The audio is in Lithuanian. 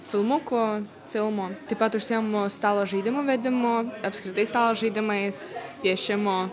filmukų filmų taip pat užsiemu stalo žaidimų vedimu apskritai stalo žaidimais piešimu